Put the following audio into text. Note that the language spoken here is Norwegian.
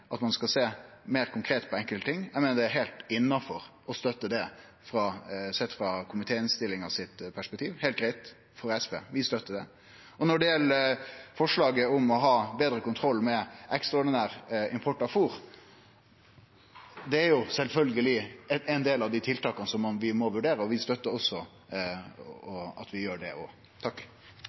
skal sjå meir konkret på enkelte ting, er heilt innanfor å støtte sett frå komitéinnstillinga sitt perspektiv. Det er heilt greitt for SV, vi støtter det. Og når det gjeld forslaget om å ha betre kontroll med ekstraordinær import av fôr: Det er sjølvsagt ein del av dei tiltaka som vi må vurdere, og vi støtter også at vi gjer det.